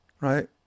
right